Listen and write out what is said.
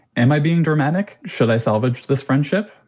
am i being dramatic? should i salvage this friendship?